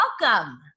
welcome